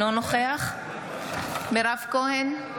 אינו נוכח מירב כהן,